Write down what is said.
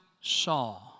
saw